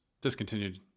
discontinued